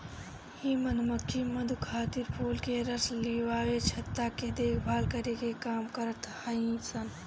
इ मधुमक्खी मधु खातिर फूल के रस लियावे, छत्ता के देखभाल करे के काम करत हई सन